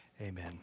Amen